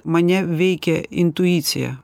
mane veikia intuicija